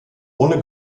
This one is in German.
ohne